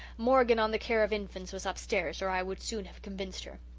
morgan on the care of infants was upstairs or i would soon have convinced her.